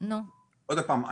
עוד הפעם,